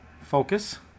Focus